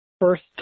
first